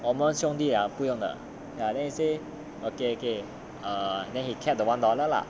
我们兄弟 ah 不用 lah ya then he say okay okay err then he kept the one dollar lah